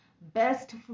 Best